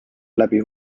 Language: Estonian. läbi